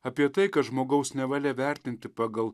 apie tai kad žmogaus nevalia vertinti pagal